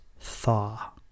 thaw